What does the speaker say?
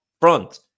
front